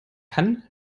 kann